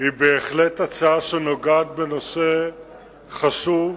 היא בהחלט הצעה שנוגעת בנושא חשוב